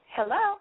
Hello